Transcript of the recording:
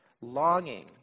Longing